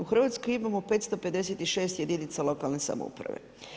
U Hrvatskoj imamo 556 jedinica lokalne samouprave.